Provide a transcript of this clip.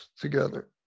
together